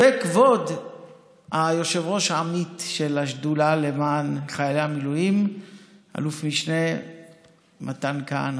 כבוד היושב-ראש עמית של השדולה למען חיילי המילואים אלוף משנה מתן כהנא,